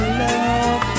love